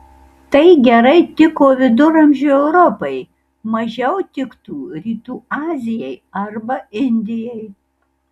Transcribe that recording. tai gerai tiko viduramžių europai mažiau tiktų rytų azijai arba indijai